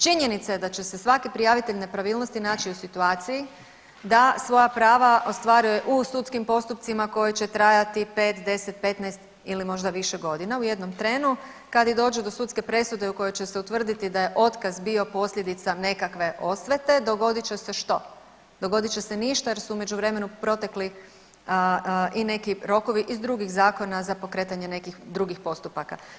Činjenica je da će se svaki prijavitelj nepravilnosti naći u situaciji da svoja prava ostvaruje u sudskim postupcima koji će trajati 5, 10, 15 ili možda više godina u jednom trenu kad i dođe do sudske presude u kojoj će se utvrditi da je otkaz bio posljedica nekakve osvete, dogodit će se što, dogodit će se ništa jer su u međuvremenu protekli i neki rokovi iz drugih zakona za pokretanje nekih drugih postupaka.